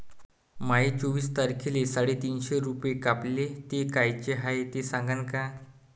माये चोवीस तारखेले साडेतीनशे रूपे कापले, ते कायचे हाय ते सांगान का?